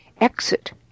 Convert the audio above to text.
Exit